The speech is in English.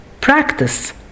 practice